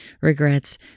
regrets